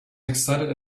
excited